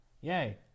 Yay